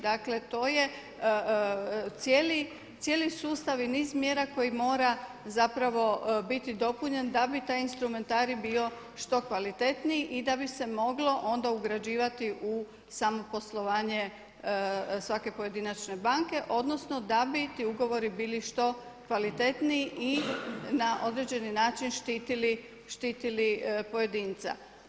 Dakle to je cijeli sustav i niz mjera koje mora zapravo biti dopunjen da bi taj instrumentarij bio što kvalitetniji i da bi se moglo onda ugrađivati u samo poslovanje svake pojedinačne banke, odnosno da bi ti ugovorili bili što kvalitetniji i na određeni način štitili pojedinca.